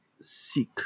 seek